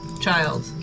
child